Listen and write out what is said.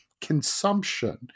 consumption